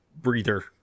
breather